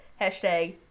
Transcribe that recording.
Hashtag